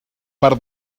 per